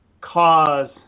cause